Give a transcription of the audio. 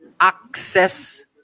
access